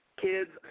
kids